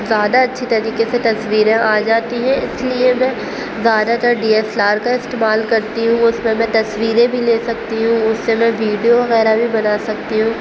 زیادہ اچھی طریقے سے تصویریں آ جاتی ہیں اس لیے میں زیادہ تر ڈی ایس ایل آر کا استعمال کرتی ہوں اس میں میں تصویریں بھی لے سکتی ہوں اس سے میں ویڈیو وغیرہ بھی بنا سکتی ہوں